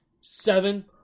seven